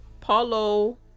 Paulo